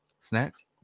Snacks